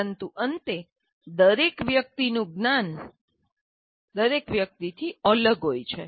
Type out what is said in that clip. પરંતુ અંતે દરેક વ્યક્તિનું જ્ઞાન દરેક વ્યક્તિથી અલગ હોય છે